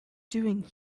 doing